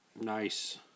Nice